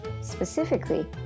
Specifically